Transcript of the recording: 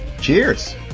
Cheers